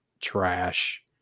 trash